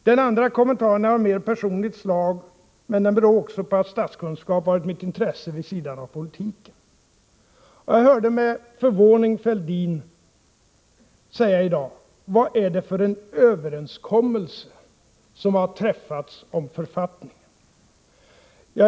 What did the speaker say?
Den andra kommentaren är av mer personligt slag, men den beror också på att statskunskap varit mitt intresse vid sidan av politiken. Jag hörde med förvåning Fälldin säga i dag: Vad är det för en överenskommelse som har träffats om författningen?